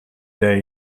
day